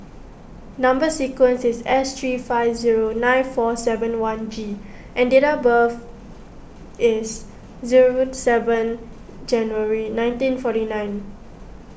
Number Sequence is S three five zero nine four seven one G and date of birth is zero seven January nineteen forty nine